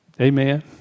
Amen